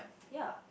ya